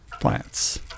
Plants